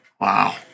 wow